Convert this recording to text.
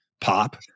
pop